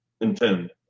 intend